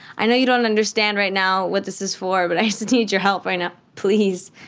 i know you don't understand right now what this is for, but i just need your help right now, please.